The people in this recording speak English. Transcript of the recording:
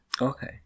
Okay